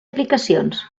aplicacions